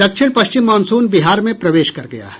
दक्षिण पश्चिम माॉनसून बिहार में प्रवेश कर गया है